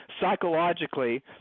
psychologically